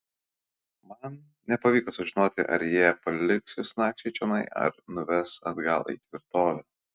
man nepavyko sužinoti ar jie paliks jus nakčiai čionai ar nuves atgal į tvirtovę